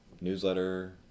newsletter